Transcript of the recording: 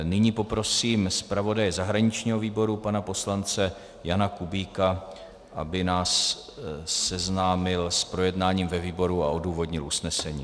Nyní poprosím zpravodaje zahraničního výboru pana poslance Jana Kubíka, aby nás seznámil s projednáním ve výboru a odůvodnil usnesení.